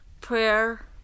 prayer